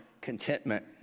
contentment